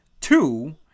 two